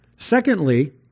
Secondly